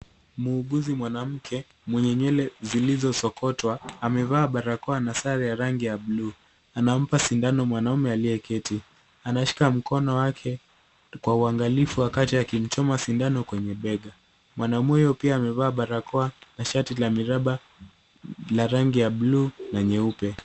Muuguzi mwanamke mwenye nywele zilizosokotwa amevaa barakoa na sare ya rangi ya bluu. Anampa sindano mwanaume aliyeketi. Anashika mkono wake kwa uangalifu wakati akimchoma sindano kwenye bega. Mwanaume huyo pia amevaa barakoa na shati la miraba la rangi ya bluu na nyeupe.